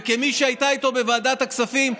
וכמי שהייתה איתו בוועדת הכספים,